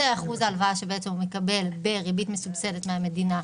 זה אחוז ההלוואה שבעצם הוא מקבל בריבית מסובסדת מהמדינה,